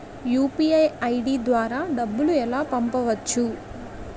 UPI ID ద్వారా డబ్బులు ఎలా పంపవచ్చు?